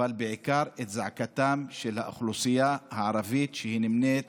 אבל בעיקר את זעקתה של האוכלוסייה הערבית, שנמנית